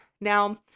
Now